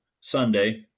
Sunday